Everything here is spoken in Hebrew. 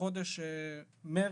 בחודש מרץ,